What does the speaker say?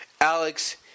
Alex